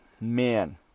Man